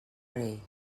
rei